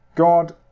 God